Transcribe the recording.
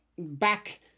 back